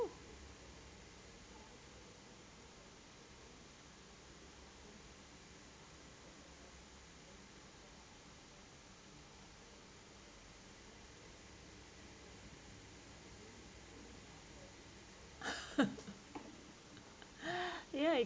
ya